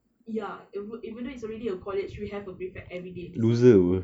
ya even though it's already a college we have a prefect everyday so